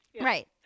right